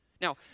Now